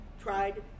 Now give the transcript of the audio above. tried